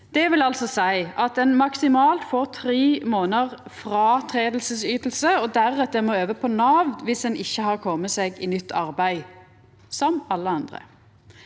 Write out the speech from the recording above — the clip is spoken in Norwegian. Det vil altså seia at ein maksimalt får tre månadar fråtredingsyting og deretter må over på Nav viss ein ikkje har kome seg i nytt arbeid, som alle andre.